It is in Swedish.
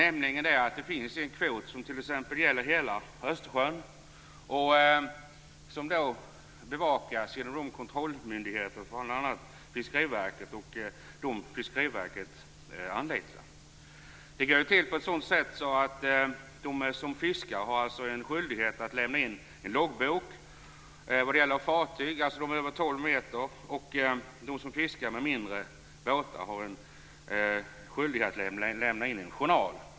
Det finns t.ex. en kvot som gäller för hela Östersjön och som bevakas av kontrollmyndigheterna, bl.a. av Fiskeriverket och dess anläggningar. I kontrollen ingår att de som fiskar med fartyg med över 12 meters längd har en skyldighet att lämna in en loggbok, medan de som fiskar med mindre båtar har skyldighet att lämna in en journal.